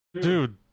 Dude